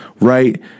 right